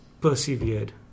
persevered